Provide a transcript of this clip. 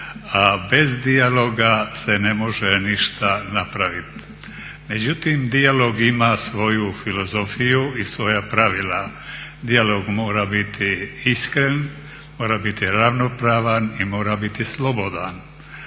bez dijaloga se ne može ništa napraviti. Međutim dijalog ima svoju filozofiju i svoja pravila, dijalog mora biti iskren, mora biti ravnopravan i mora biti slobodan.